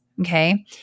okay